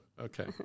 Okay